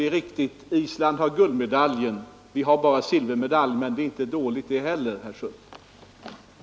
Det är riktigt: Island har guldmedaljen, vi har bara silvermedalj — men det är inte dåligt det heller, herr Schött.